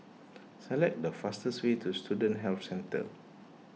select the fastest way to Student Health Centre